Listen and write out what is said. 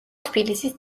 თბილისის